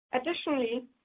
Additionally